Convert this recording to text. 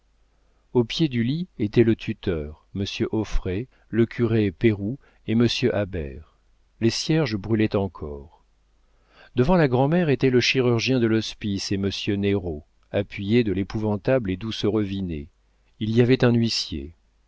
au pied du lit étaient le tuteur monsieur auffray le curé péroux et monsieur habert les cierges brûlaient encore devant la grand'mère étaient le chirurgien de l'hospice et monsieur néraud appuyés de l'épouvantable et doucereux vinet il y avait un huissier